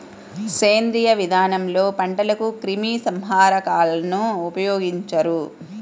సేంద్రీయ విధానంలో పంటలకు క్రిమి సంహారకాలను ఉపయోగించరు